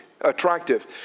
attractive